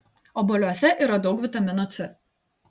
obuoliuose yra daug vitamino c